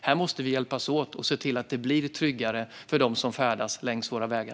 Här måste vi hjälpas åt och se till att det blir tryggare för dem som färdas längs våra vägar.